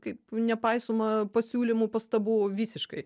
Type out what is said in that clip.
kaip nepaisoma pasiūlymų pastabų visiškai